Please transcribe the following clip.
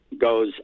goes